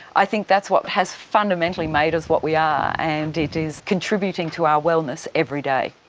i think that's what has fundamentally made us what we are, and it is contributing to our wellness every day.